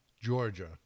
Georgia